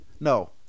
no